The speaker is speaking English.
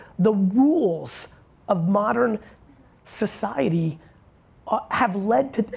the rules of modern society have lead to,